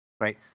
right